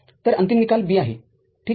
तरअंतिम निकाल B आहे ठीक आहे